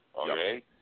okay